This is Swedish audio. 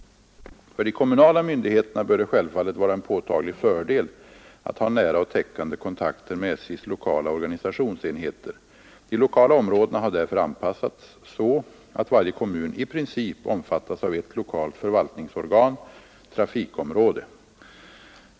För de kommunala myndigheterna bör det självfallet vara en påtaglig fördel att ha nära och täckande kontakter med SJ:s lokala organisationsenheter. De lokala områdena har därför anpassats så att varje kommun i princip omfattas av ett lokalt förvaltningsorgan — trafikområde.